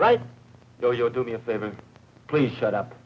right so you'll do me a favor please shut up